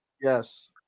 Yes